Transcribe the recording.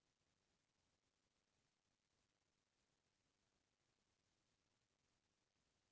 लोहड़ी तिहार ल फसल उत्सव के रूप म मनाए जाथे